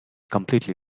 completely